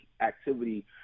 activity